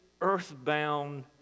earthbound